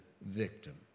victim